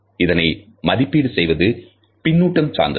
இதனை மதிப்பீடு செய்வது பின்னூட்டம் சார்ந்தது